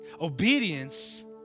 Obedience